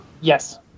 Yes